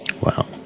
Wow